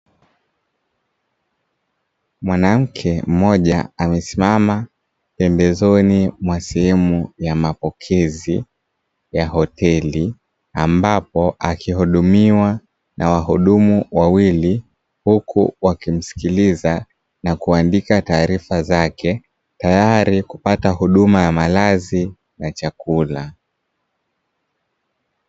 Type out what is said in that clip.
Mwanamke mmoja amesimama pembezoni mwa sehemu ya mapokezi ya hoteli, ambapo akihudumiwa na wahudumu wawili huku wakimsikiliza na kuandika taarifa zake, tayari kupata huduma ya malazi na chakula.